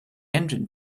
engine